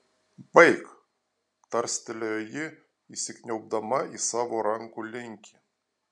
baik tarstelėjo ji įsikniaubdama į savo rankų linkį